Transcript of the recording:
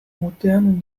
modernen